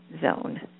zone